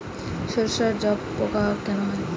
সর্ষায় জাবপোকা কেন হয়?